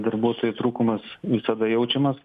darbuotojų trūkumas visada jaučiamas